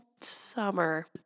summer